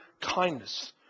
kindness